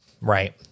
Right